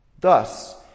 Thus